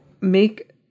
make